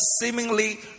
seemingly